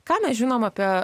ką mes žinom apie